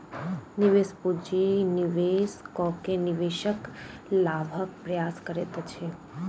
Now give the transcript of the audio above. निवेश पूंजी निवेश कअ के निवेशक लाभक प्रयास करैत अछि